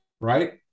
Right